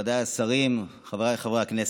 נכבדיי השרים, חבריי חברי הכנסת,